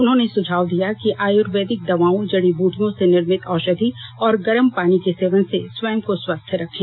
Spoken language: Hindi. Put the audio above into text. उन्होंने सुझाव दिया कि आयुर्वेदिक दवाओं जड़ी बूटियों से निर्मित औषधि और गरम पानी के सेवन से स्वयं को स्वस्थ रखें